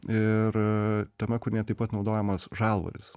ir tame kūrinyje taip pat naudojamas žalvaris